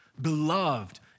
beloved